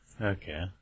okay